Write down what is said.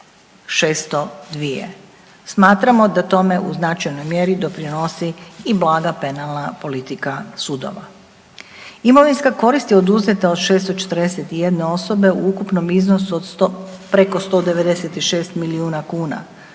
602. Smatramo da tome u značajnoj mjeri doprinosi i blaga penalna politika sudova. Imovinska korist je oduzeta od 641 osobe u ukupnom iznosu od 100, preko 196 milijuna kuna.